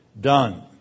done